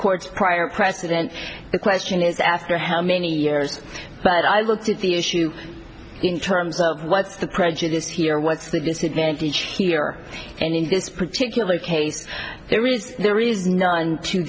court's prior precedent the question is asked her how many years but i looked at the issue in terms of what's the prejudice here what's the disadvantage here and in this particular case there is there is none to